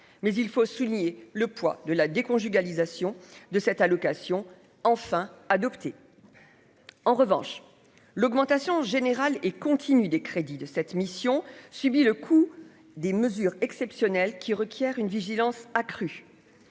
mais il faut souligner le poids de la déconjugalisation de cette allocation enfin adopté en revanche l'augmentation générale et continue des crédits de cette mission subit le coût des mesures exceptionnelles qui requiert une vigilance accrue.